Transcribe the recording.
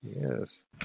Yes